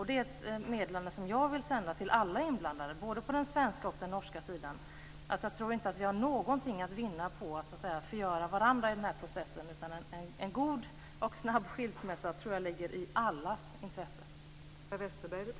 Det är ett meddelande som jag vill sända till alla inblandade både på den svenska och den norska sidan. Jag tror inte att vi har någonting att vinna på att förgöra varandra i den här processen. En god och snabb skilsmässa tror jag ligger i allas intresse.